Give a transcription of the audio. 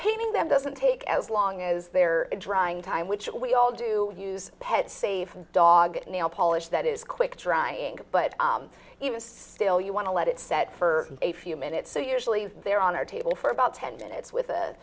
painting them doesn't take as long as they're drying time which we all do use pet save dog nail polish that is quick drying but it was still you want to let it set for a few minutes so usually they're on our table for about ten minutes with